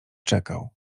czekał